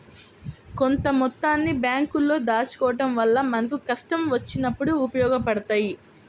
కొంత మొత్తాన్ని బ్యేంకుల్లో దాచుకోడం వల్ల మనకు కష్టం వచ్చినప్పుడు ఉపయోగపడతయ్యి